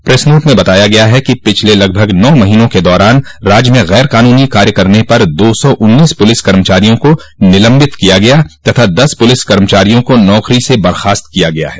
press note में बताया गया है कि पिछले लगभग नौ महीनों के दौरान राज्य में गैर कानूनी कार्य करने पर दो सौ उन्नीस प्रलिस कर्मचारियों को निलंबित किया गया तथा दस पुलिस कर्मचारियों को नौकरी से बर्खास्त किया गया है